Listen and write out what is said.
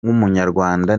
nk’umunyarwanda